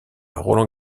roland